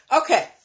Okay